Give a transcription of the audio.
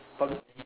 but